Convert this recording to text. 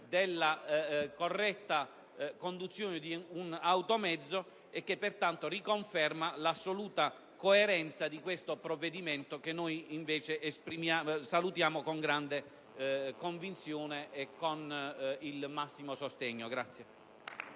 alla corretta conduzione di un automezzo. Ciò a riconferma dell'assoluta coerenza di questo provvedimento, che noi salutiamo con grande convinzione e con il massimo sostegno.